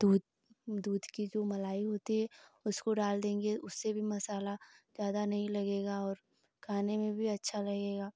दूध दूध कि जो मलाई होती है उसको डाल देंगे उससे भी मसाला ज़्यादा नहीं लगेगा और खाने में भी अच्छा लगेगा